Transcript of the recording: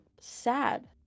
sad